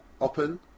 open